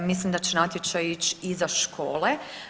Mislim da će natječaj ići i za škole.